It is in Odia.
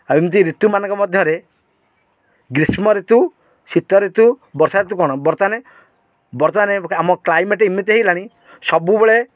ଆଉ ଏମିତି ଋତୁମାନଙ୍କ ମଧ୍ୟରେ ଗ୍ରୀଷ୍ମଋତୁ ଶୀତଋତୁ ବର୍ଷାଋତୁ କ'ଣ ବର୍ତ୍ତମାନେ ବର୍ତ୍ତମାନେ ଆମ କ୍ଲାଇମେଟ୍ ଏମିତି ହେଇଗଲାଣି ସବୁବେଳେ